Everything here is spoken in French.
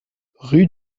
rue